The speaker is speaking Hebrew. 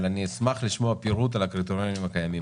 אבל אני אשמח לשמוע פירוט על הקריטריונים הקיימים